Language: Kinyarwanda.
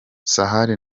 shassir